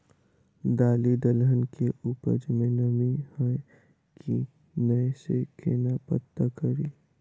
दालि दलहन केँ उपज मे नमी हय की नै सँ केना पत्ता कड़ी?